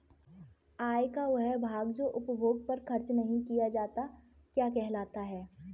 आय का वह भाग जो उपभोग पर खर्च नही किया जाता क्या कहलाता है?